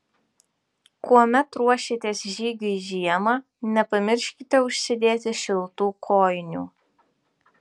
kuomet ruošiatės žygiui žiemą nepamirškite užsidėti šiltų kojinių